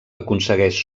aconsegueix